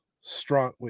strong